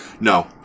No